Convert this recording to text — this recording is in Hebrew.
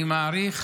אני מעריך